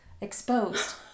exposed